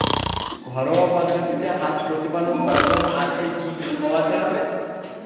ঘরোয়া পদ্ধতিতে হাঁস প্রতিপালন করার জন্য আজকে কি খাওয়াতে হবে?